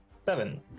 Seven